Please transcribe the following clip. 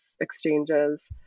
exchanges